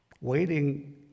Waiting